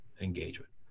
engagement